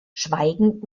schweigend